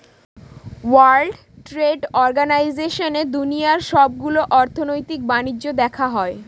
world trade অর্গানাইজেশনে দুনিয়ার সবগুলো অর্থনৈতিক বাণিজ্য দেখা হয়